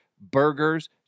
burgers